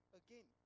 again